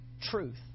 truth